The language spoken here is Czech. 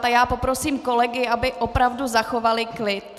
A poprosím kolegy , aby opravdu zachovali klid.